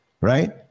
right